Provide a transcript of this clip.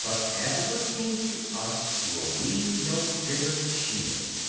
but as it would seem to us, were we no bigger than she is.